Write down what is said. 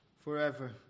forever